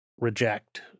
reject